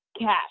cash